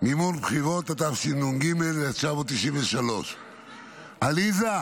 (מימון בחירות), התשנ"ג 1993. עליזה,